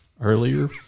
earlier